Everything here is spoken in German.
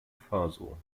faso